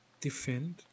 defend